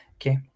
Okay